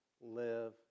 live